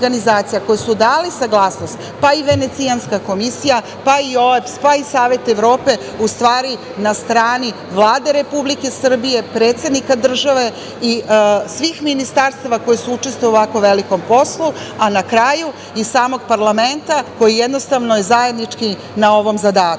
koje su dale saglasnost pa i Venecijanska komisija pa i OEBS pa i Savet Evrope u stvari na strani Vlade Republike Srbije, predsednika države i svih ministarstava koja su učestvovala u ovako velikom poslu, a na kraju i samog parlamenta koji jednostavno je zajednički na ovom